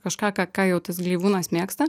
kažką ką ką jau tas gleivūnas mėgsta